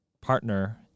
partner